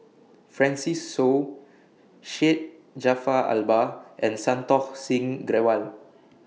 Francis Seow Syed Jaafar Albar and Santokh Singh Grewal